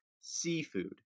seafood